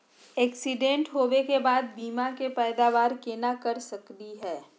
Accident होवे के बाद बीमा के पैदावार केना कर सकली हे?